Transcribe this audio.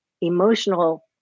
emotional